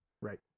right